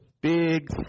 big